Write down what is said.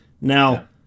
Now